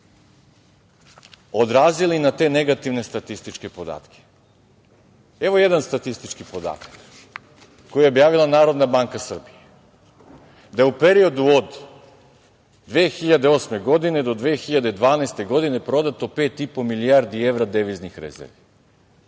odrazili na te negativne statističke podatke. Evo jedan statistički podatak koji je objavila Narodna banka Srbije – da je u periodu od 2008. godine do 2012. godine prodato pet i po milijardi evra deviznih rezervi.